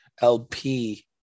LP